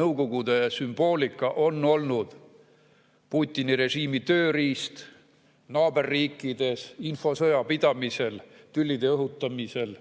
Nõukogude sümboolika on olnud Putini režiimi tööriist naaberriikides infosõja pidamisel, tülide õhutamisel.